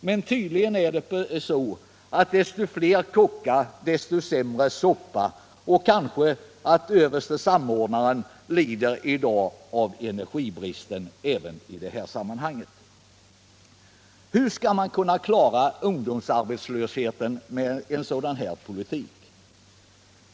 Men tydligen stämmer talesättet ”ju flera kockar, ju sämre soppa”, och kanske överste samordnaren i dag lider av energibrist även i detta sammanhang. Hur skall man kunna klara ungdomsarbetslösheten med en sådan politik?